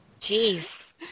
Jeez